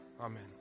Amen